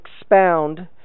expound